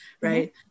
right